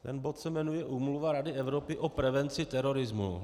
Ten bod se jmenuje Úmluva Rady Evropy o prevenci terorismu.